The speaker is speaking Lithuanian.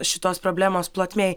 šitos problemos plotmėj